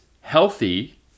Healthy